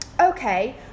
okay